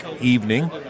evening